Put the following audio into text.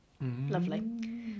lovely